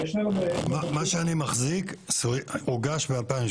מה שאני מחזיק הוגש ב-2017.